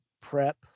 prep